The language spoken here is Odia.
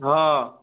ହଁ